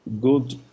good